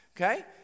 Okay